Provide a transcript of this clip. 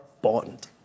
bond